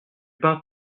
pain